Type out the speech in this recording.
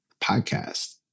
podcast